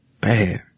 bad